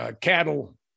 cattle